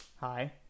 hi